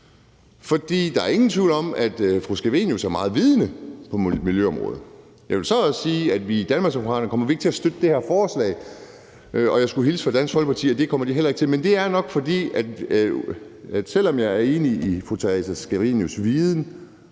Der er ingen tvivl om, at fru Theresa Scavenius er meget vidende på miljøområdet. Jeg vil så også sige, at i Danmarksdemokraterne kommer vi ikke til at støtte det her forslag, og jeg skulle hilse fra Dansk Folkeparti og sige, at det kommer de heller ikke til. Men selv om jeg er enig med fru Theresa Scavenius i